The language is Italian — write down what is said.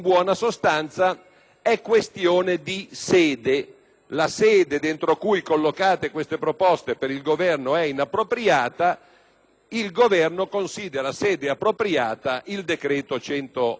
questione di sede: la sede dentro cui collocate queste proposte per il Governo è inappropriata; il Governo considera sede appropriata il decreto n.